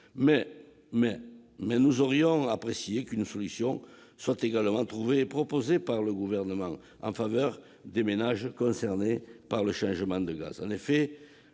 gaz. Nous aurions cependant apprécié qu'une solution soit également proposée par le Gouvernement en faveur des ménages concernés par le changement de gaz.